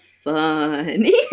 funny